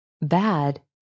Bad